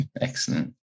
Excellent